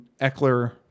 Eckler